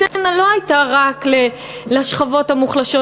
הצנע לא היה רק לשכבות המוחלשות,